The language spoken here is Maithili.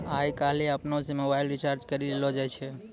आय काइल अपनै से मोबाइल रिचार्ज करी लेलो जाय छै